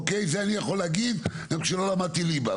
זה אני יכול להגיד גם כשלא למדתי ליבה.